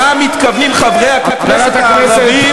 חייבים להבין למה מתכוונים חברי הכנסת הערבים,